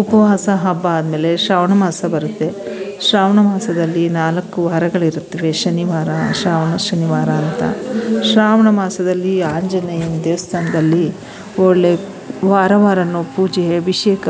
ಉಪವಾಸ ಹಬ್ಬ ಆದಮೇಲೆ ಶ್ರಾವಣ ಮಾಸ ಬರುತ್ತೆ ಶ್ರಾವಣ ಮಾಸದಲ್ಲಿ ನಾಲ್ಕು ವಾರಗಳಿರುತ್ತವೆ ಶನಿವಾರ ಶ್ರಾವಣ ಶನಿವಾರ ಅಂತ ಶ್ರಾವಣ ಮಾಸದಲ್ಲಿ ಆಂಜನೇಯನ ದೇವಸ್ಥಾನ್ದಲ್ಲಿ ಒಳ್ಳೆ ವಾರ ವಾರವೂ ಪೂಜೆ ಅಭಿಷೇಕ